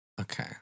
Okay